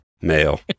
male